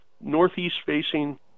northeast-facing